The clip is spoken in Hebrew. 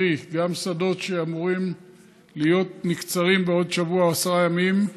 קרי גם שדות שאמורים להיות נקצרים בעוד שבוע או עשרה ימים,